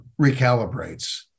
recalibrates